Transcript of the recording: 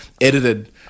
edited